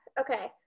Okay